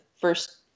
first